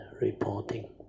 reporting